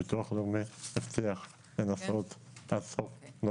ביטוח לאומי הבטיח לנסות לעשות.